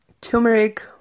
turmeric